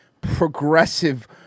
progressive